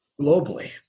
globally